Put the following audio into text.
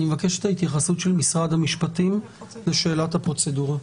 אני מבקש את ההתייחסות של משרד המשפטים לשאלת הפרוצדורה.